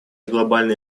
глобальной